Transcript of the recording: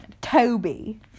Toby